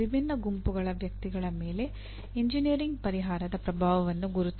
ವಿಭಿನ್ನ ಗುಂಪುಗಳ ವ್ಯಕ್ತಿಗಳ ಮೇಲೆ ಎಂಜಿನಿಯರಿಂಗ್ ಪರಿಹಾರದ ಪ್ರಭಾವವನ್ನು ಗುರುತಿಸಿ